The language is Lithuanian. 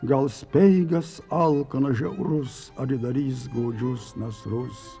gal speigas alkanas žiaurus atidarys godžius nasrus